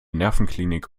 nervenklinik